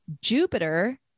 Jupiter